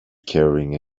carrying